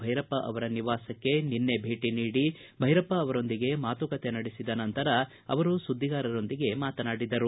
ಭೈರಪ್ಪ ಅವರ ನಿವಾಸಕ್ಕೆ ನಿನ್ನೆ ಭೇಟಿ ನೀಡಿ ಭೈರಪ್ಪ ಅವರೊಂದಿಗೆ ಮಾತುಕತೆ ನಡೆಸಿದ ಬಳಿಕ ಅವರು ಸುದ್ದಿಗಾರರೊಂದಿಗೆ ಮಾತನಾಡಿದರು